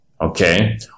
Okay